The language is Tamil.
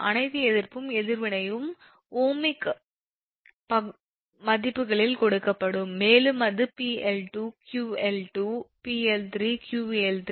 இந்த அனைத்து எதிர்ப்பும் எதிர்வினையும் ஓமிக் மதிப்புகளில் கொடுக்கப்படும் மேலும் இது 𝑃𝐿2 𝑄𝐿2 𝑃𝐿3 𝑄𝐿3 மற்றும் பல